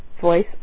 voice